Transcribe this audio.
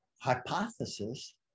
hypothesis